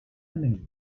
anem